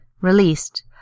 Released